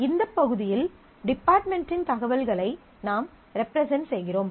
இந்த பகுதியில் டிபார்ட்மென்டின் தகவல்களை நாம் ரெப்ரசன்ட் செய்கிறோம்